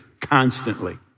constantly